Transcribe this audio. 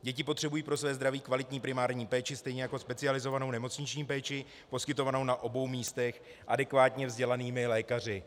Děti potřebují pro své zdraví kvalitní primární péči stejně jako specializovanou nemocniční péči poskytovanou na obou místech adekvátně vzdělanými lékaři.